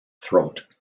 throat